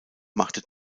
machte